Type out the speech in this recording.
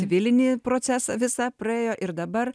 civilinį procesą visą praėjo ir dabar